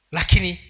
Lakini